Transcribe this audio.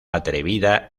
atrevida